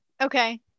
Okay